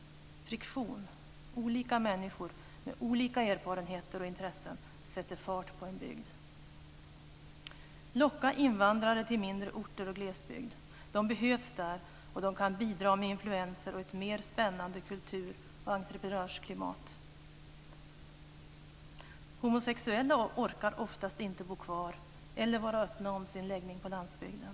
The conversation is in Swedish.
Friktion - olika människor med olika erfarenheter och intressen - sätter fart på en bygd. Locka invandrare till mindre orter och glesbygd. De behövs där. De kan bidra med influenser och ett mer spännande kultur och entreprenörsklimat. Homosexuella orkar oftast inte bo kvar eller vara öppna om sin läggning på landsbygden.